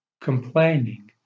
Complaining